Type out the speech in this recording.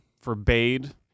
forbade